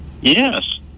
Yes